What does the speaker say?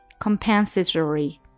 Compensatory